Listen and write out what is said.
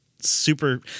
super